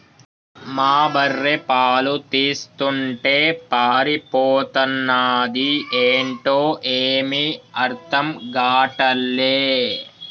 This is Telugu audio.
మా బర్రె పాలు తీస్తుంటే పారిపోతన్నాది ఏంటో ఏమీ అర్థం గాటల్లే